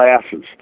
classes